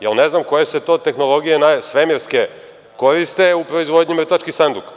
Ne znam koje se to tehnologije svemirske koriste u proizvodnji mrtvačkih sanduka.